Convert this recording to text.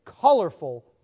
colorful